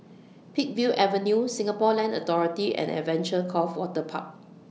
Peakville Avenue Singapore Land Authority and Adventure Cove Waterpark